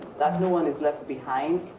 that no one is left behind,